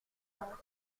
sens